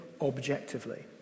objectively